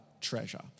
treasure